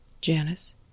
Janice